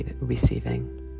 receiving